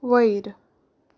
वयर